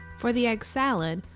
for the egg salad,